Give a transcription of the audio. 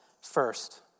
first